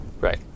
Right